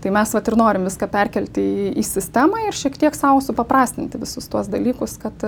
tai mes vat ir norime viską perkelti į sistemą ir šiek tiek sau supaprastinti visus tuos dalykus kad